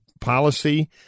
policy